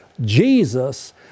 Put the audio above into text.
Jesus